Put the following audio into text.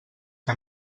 que